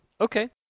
Okay